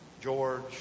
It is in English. George